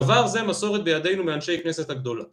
דבר זה מסורת בידינו מאנשי הכנסת הגדולה.